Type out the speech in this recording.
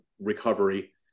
recovery